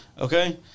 Okay